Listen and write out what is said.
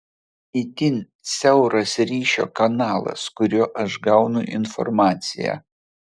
itin siauras ryšio kanalas kuriuo aš gaunu informaciją